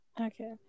Okay